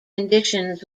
conditions